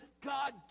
God